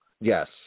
Yes